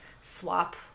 swap